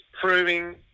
proving